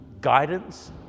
guidance